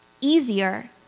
easier